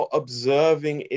observing